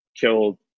killed